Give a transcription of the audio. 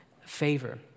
favor